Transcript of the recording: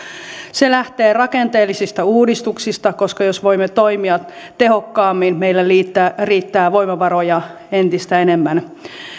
se lähtee rakenteellisista uudistuksista koska jos voimme toimia tehokkaammin meillä riittää voimavaroja entistä enemmän